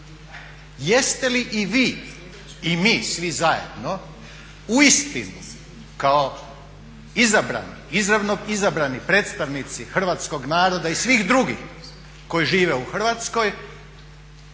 Jeste li i vi i mi svi zajedno uistinu kao izabrani predstavnici hrvatskog naroda i svih drugih koji žive u Hrvatskoj